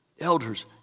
elders